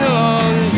long